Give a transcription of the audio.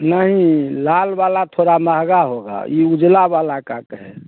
नहीं लाल वाला थोड़ा महँगा होगा ये उजला वाला कहते हैं